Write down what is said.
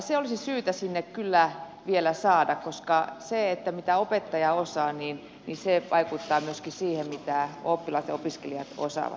se olisi syytä sinne kyllä vielä saada koska se mitä opettaja osaa vaikuttaa myöskin siihen mitä oppilaat ja opiskelijat osaavat